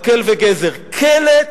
מקל וגזר: כלא,